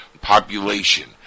population